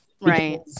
right